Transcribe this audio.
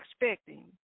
expecting